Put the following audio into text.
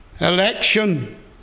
election